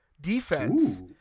defense